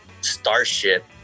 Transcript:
starship